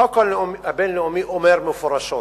החוק הבין-לאומי אומר מפורשות